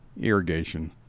irrigation